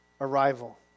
arrival